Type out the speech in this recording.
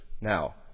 Now